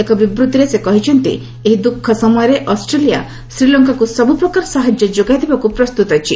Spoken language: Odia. ଏକ ବିବୃଭିରେ ସେ କହିଛନ୍ତି ଏହି ଦୁଃଖ ସମୟରେ ଅଷ୍ଟ୍ରେଲିଆ ଶ୍ରୀଲଙ୍କାକୁ ସବୁପ୍ରକାର ସାହାଯ୍ୟ ଯୋଗାଇ ଦେବାକୁ ପ୍ରସ୍ତୁତ ଅଛି